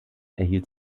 erhielt